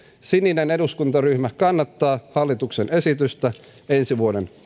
sininen eduskuntaryhmä kannattaa hallituksen esitystä ensi vuoden